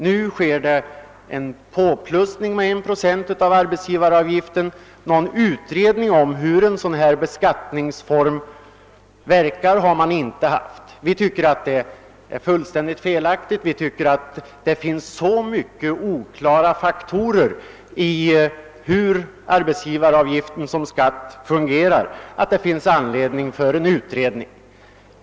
Nu föreslås en höjning med 1 procent av arbetsgivaravgiften, men någon utredning om hur denna skatteform verkar har inte gjorts. Vi anser att det finns så många oklara faktorer när det gäller frågan om hur arbetsgivaravgiften som skatt fungerar, att det är anledning att företa en utredning.